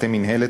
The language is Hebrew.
מטה מינהלת,